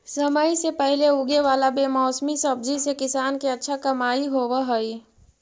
समय से पहले उगे वाला बेमौसमी सब्जि से किसान के अच्छा कमाई होवऽ हइ